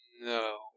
No